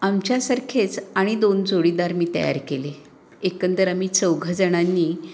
आमच्यासारखेच आणि दोन जोडीदार मी तयार केले एकंदर आम्ही चौघंजणांनी